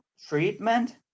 treatment